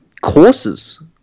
courses